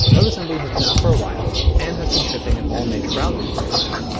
webassembly has been out for a while and has been shipping in all major browsers for a while.